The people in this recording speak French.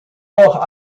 alors